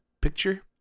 picture